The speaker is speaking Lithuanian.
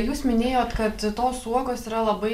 jūs minėjot kad tos uogos yra labai